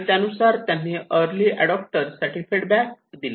त्यानुसार त्यांनी early adapter साठी फीडबॅक दिला